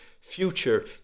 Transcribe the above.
future